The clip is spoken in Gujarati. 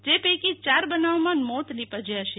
જે પૈકી ચાર બનાવમાં મોત નીપજયા છે